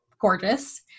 gorgeous